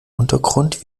untergrund